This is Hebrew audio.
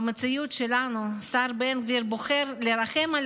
במציאות שלנו השר בן גביר בוחר לרחם על